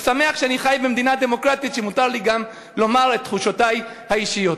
ושמח שאני חי במדינה דמוקרטית ומותר לי לומר את תחושותי האישיות.